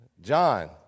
John